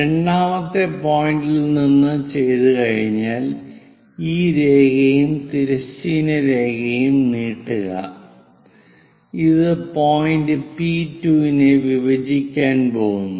രണ്ടാമത്തെ പോയിന്റിൽ നിന്ന് ചെയ്തുകഴിഞ്ഞാൽ ഈ രേഖയും തിരശ്ചീന രേഖയും നീട്ടുക അത് പോയിന്റ് പി 2 നെ വിഭജിക്കാൻ പോകുന്നു